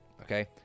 okay